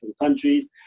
countries